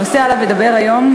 הנושא שעליו אדבר היום,